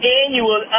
annual